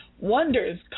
Wonders